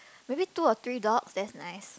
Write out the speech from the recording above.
maybe two or three dogs that's nice